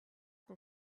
can